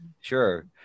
sure